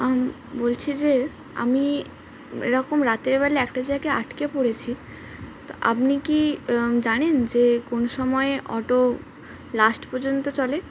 বলছি যে আমি এরকম রাতের বলে একটা জায়গকে আটকে পড়েছি তো আপনি কি জানেন যে কোন সময়ে অটো লাস্ট পর্যন্ত চলে